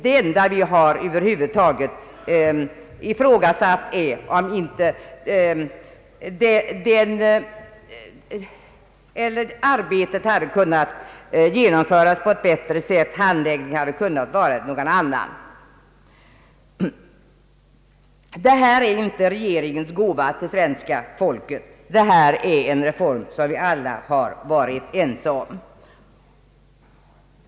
Det enda vi över huvud taget har ifrågasatt är om inte handläggningen kunnat vara annorlunda. Detta är inte en regeringens gåva till svenska folket, utan det är en reform som vi alla varit ense om.